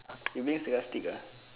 you being sarcastic uh